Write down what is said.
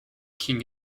king